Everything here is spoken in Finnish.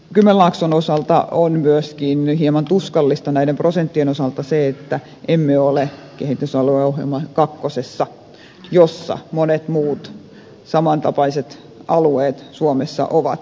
kymenlaakson osalta on myöskin hieman tuskallista näiden prosenttien osalta se että emme ole kehitysalueohjelma kakkosessa jossa monet muut samantapaiset alueet suomessa ovat